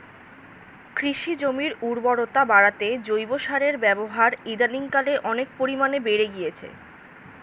কৃষি জমির উর্বরতা বাড়াতে জৈব সারের ব্যবহার ইদানিংকালে অনেক পরিমাণে বেড়ে গিয়েছে